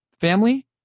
family